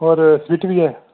होर सिटी ओ